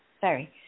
Sorry